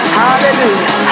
Hallelujah